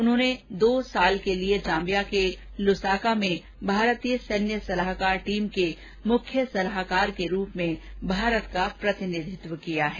उन्होंने दो साल के लिए जाम्बिया के लुसाका में भारतीय सैन्य सलाहकार टीम के मुख्य सलाहकार के रूप में भारत का प्रतिनिधित्व किया है